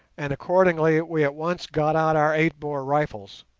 and accordingly we at once got out our eight-bore rifles,